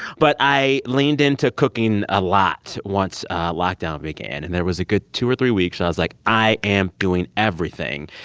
but i leaned into cooking a lot once lockdown began and there was a good two or three weeks and i was like, i am doing everything.